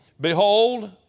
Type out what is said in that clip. Behold